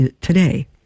today